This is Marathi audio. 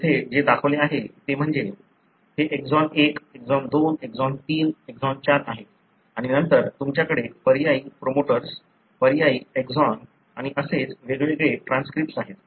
येथे जे दाखवले आहे ते म्हणजे हे एक्सॉन 1 एक्सॉन 2 एक्सॉन 3 एक्सॉन 4 आहे आणि नंतर तुमच्याकडे पर्यायी प्रोमोटर्स पर्यायी एक्सॉन आणि असेच वेगवेगळे ट्रान्सक्रिप्ट्स आहेत